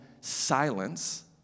silence